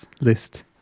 list